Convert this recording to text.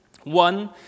One